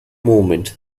moment